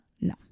No